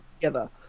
together